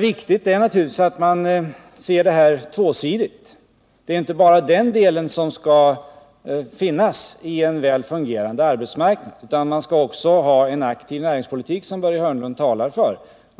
Viktigast är naturligtvis att man ser det här tvåsidigt. Det är inte bara den delen som skall finnas i en väl fungerande arbetsmarknad. Man skall också ha en sådan aktiv näringspolitik som Börje Hörnlund talar för.